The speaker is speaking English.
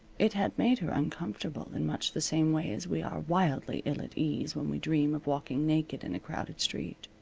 it had made her uncomfortable in much the same way as we are wildly ill at ease when we dream of walking naked in a crowded street.